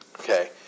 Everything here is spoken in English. Okay